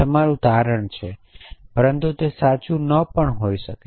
આ તમારું તારણ છે પરંતુ તે સાચું ન પણ હોય શકે